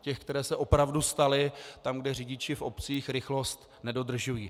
Těch, které se opravdu staly tam, kde řidiči v obcích rychlost nedodržují.